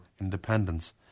independence